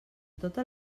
totes